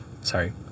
sorry